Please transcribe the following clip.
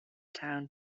town